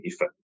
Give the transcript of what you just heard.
effort